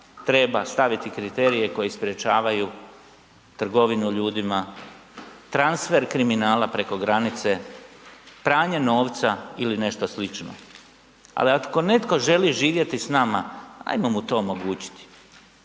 treba staviti kriterije koji sprečavaju trgovinu ljudima, transfer kriminala preko granice, pranje novca ili nešto slično, ali ako netko želi živjeti s nama ajmo mu to omogućiti